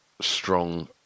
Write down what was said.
strong